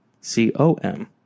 C-O-M